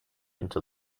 into